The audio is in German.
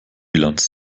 bilanz